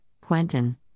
Quentin